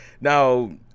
Now